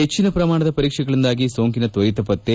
ಹೆಚ್ಚನ ಪ್ರಮಾಣದ ಪರೀಕ್ಷೆಗಳಿಂದ ಸೋಂಕಿನ ತ್ವರಿತ ಪತ್ತೆ